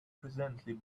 presently